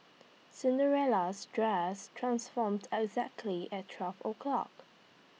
Cinderella's dress transformed exactly at twelve o'clock